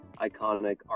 iconic